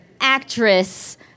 actress